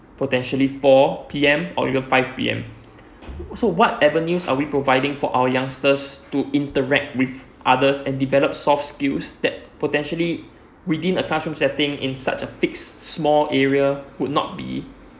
potentially four P_M or even five P_M also whatever news are we providing for our youngsters to interact with others and develop soft skills that potentially within a classroom setting in such a fixed small area would not be